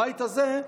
מהבית הזה,